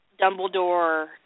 Dumbledore